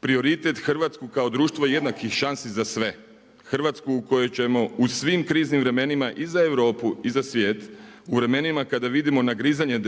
prioritet Hrvatsku kao društvo jednakih šansi za sve, Hrvatsku u kojoj ćemo u svim kriznim vremenima i za Europu i za svije u vremenima kada vidimo nagrizanje